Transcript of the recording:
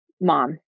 mom